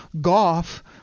golf